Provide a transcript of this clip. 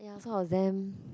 ya so I was damn